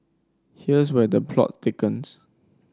here's where the plot thickens